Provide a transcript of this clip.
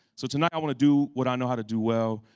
so tonight i want to do what i know how to do well.